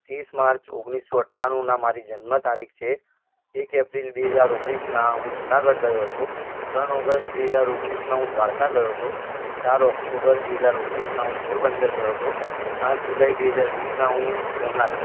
ત્રીસ માર્ચ ઓગણીસ સો અઠ્ઠાણુંના મારી જન્મ તારીખ છે એક એપ્રિલ બે હજાર ઓગણીસના હું જુનાગઢ ગયો હતો ત્રણ ઓગસ્ટ બે હજાર ઓગણીસના હું દ્વારકા ગયો હતો ચાર ઓક્ટોબર બે હજાર ઓગણીસના હું પોરબંદર ગયો હતો સાત જુલાઈ બે હજાર વીસના હું સોમનાથ ગયો